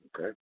okay